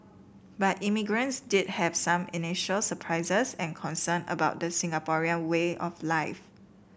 but immigrants did have some initial surprises and concern about the Singaporean way of life